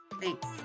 Thanks